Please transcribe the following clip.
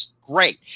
great